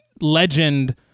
legend